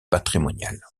patrimoniale